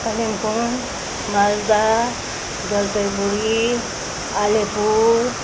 Kalimpong Malda Jalpaiguri Alipur